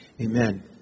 Amen